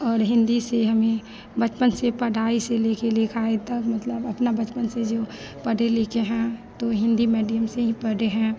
और हिन्दी से हमें बचपन से पढ़ाई से लेकर लिखाई तक मतलब अपना बचपन से जो पढ़े लिखे हैं तो हिन्दी मीडियम से ही पढ़े हैं